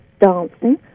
dancing